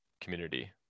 community